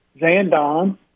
Zandon